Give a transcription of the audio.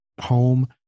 home